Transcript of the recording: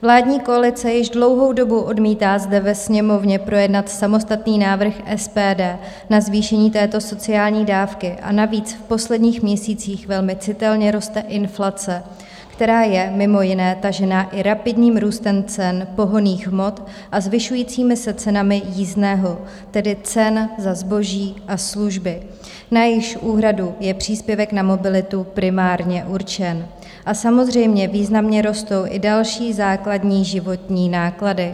Vládní koalice již dlouhou dobu odmítá zde ve Sněmovně projednat samostatný návrh SPD na zvýšení této sociální dávky, a navíc v posledních měsících velmi citelně roste inflace, která je mimo jiné tažená i rapidním růstem cen pohonných hmot a zvyšujícími se cenami jízdného, tedy cen za zboží a služby, na jejichž úhradu je příspěvek na mobilitu primárně určen, a samozřejmě významně rostou i další základní životní náklady.